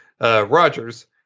Rogers